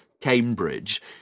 Cambridge